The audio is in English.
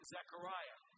Zechariah